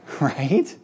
right